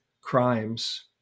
crimes